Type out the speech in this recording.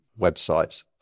websites